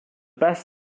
best